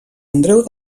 andreu